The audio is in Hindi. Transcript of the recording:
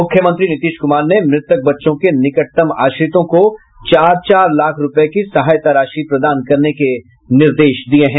मुख्यमंत्री नीतीश कुमार ने मृतक बच्चों के निकटतम आश्रितों को चार चार लाख रूपये की सहायता राशि प्रदान करने के निर्देश दिये हैं